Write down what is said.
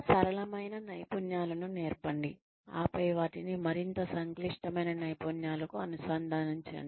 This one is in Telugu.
సరళమైన నైపుణ్యాలను నేర్పండి ఆపై వాటిని మరింత సంక్లిష్టమైన నైపుణ్యాలకు అనుసంధానించండి